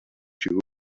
two